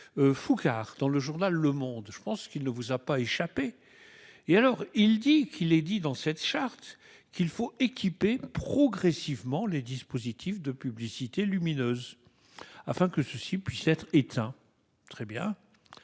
Foucart dans le journal Le Monde. Je pense qu'il ne vous a pas échappé. Et alors il dit qu'il est dit dans cette charte qu'il faut équiper progressivement les dispositifs de publicités lumineuses afin que ceux-ci puissent être éteints. Très bien.